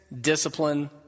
discipline